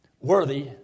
worthy